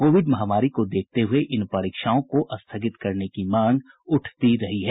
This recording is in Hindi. कोविड महामारी को देखते हुए इन परीक्षाओं को स्थगित करने की मांग उठती रही है